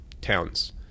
towns